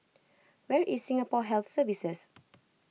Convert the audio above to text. where is Singapore Health Services